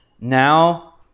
Now